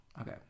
Okay